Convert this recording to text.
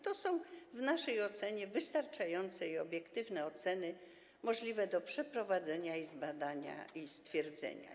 To są w naszej ocenie wystarczające i obiektywne oceny możliwe do przeprowadzenia, zbadania i stwierdzenia.